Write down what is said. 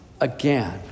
again